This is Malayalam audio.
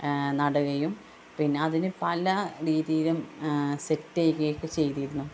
നടുകയും പിന്നെ അതിന് പല രീതിയിലും സെറ്റ് ചെയ്യുകയൊക്കെ ചെയ്തിരുന്നു